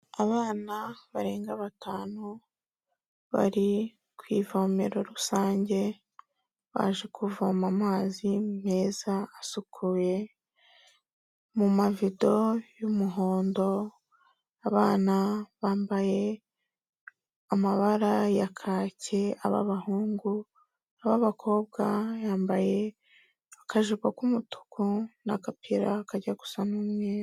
Abana barenga batanu bari ku ivomero rusange, baje kuvoma amazi meza asukuye mu mavido y'umuhondo, abana bambaye amabara ya kake, ab'abahungu, ab'abakobwa yambaye akajipo k'umutuku n'agapira kajya gusa n'umweru.